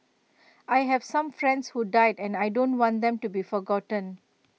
I have some friends who died and I don't want them to be forgotten